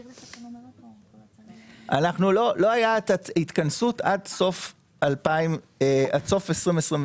לא הייתה התכנסות עד סוף 2023,